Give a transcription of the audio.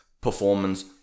performance